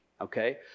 okay